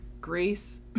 Grace